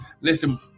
listen